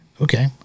Okay